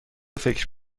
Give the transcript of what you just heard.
فکر